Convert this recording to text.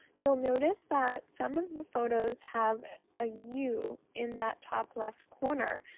you'll notice that some of the photos have a u in that top left corner,